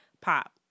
pop